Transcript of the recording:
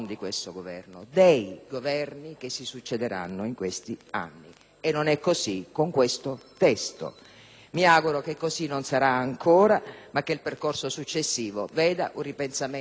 Non è così con questo testo e mi auguro che così non sarà ancora, ma che il percorso successivo veda un ripensamento serio, profondo, radicale su questo punto.